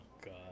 God